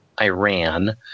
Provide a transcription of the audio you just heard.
Iran